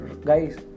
guys